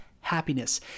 happiness